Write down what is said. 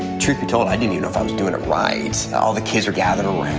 truth be told, i didn't even know if i was doing it right. all the kids were gathered around.